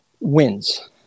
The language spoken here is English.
wins